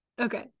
Okay